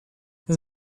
has